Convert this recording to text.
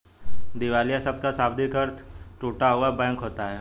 दिवालिया शब्द का शाब्दिक अर्थ टूटा हुआ बैंक होता है